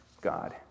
God